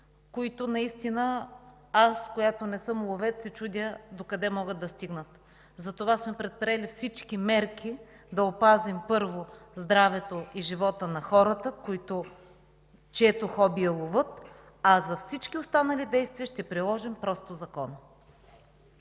които наистина аз, която не съм ловец, се чудя докъде могат да стигнат. Затова сме предприели всички мерки да опазим първо здравето и живота на хората, чието хоби е ловът, за всички останали действия ще приложим просто Закона.